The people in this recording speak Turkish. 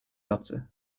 yaptı